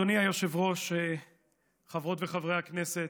אדוני היושב-ראש, חברות וחברי הכנסת,